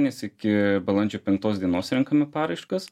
nes iki balandžio penktos dienos renkame paraiškas